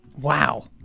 Wow